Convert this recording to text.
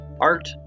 Art